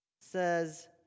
says